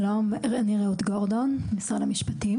מרבית הסוגיות פה מופנות מטבע הדברים למשטרה,